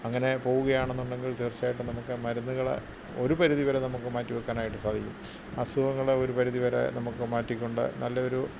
അങ്ങനെ പോവുകയാണെന്നുണ്ടെങ്കിൽ തീർച്ചയായിട്ടും നമുക്ക് മരുന്നൂകൾ ഒരു പരിധി വരെ നമുക്ക് മാറ്റി വയ്ക്കാനായിട്ട് സാധിക്കും അസുഖങ്ങൾ ഒരു പരിധി വരെ നമുക്ക് മാറ്റിക്കൊണ്ട് നല്ല ഒരു